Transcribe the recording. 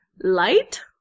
light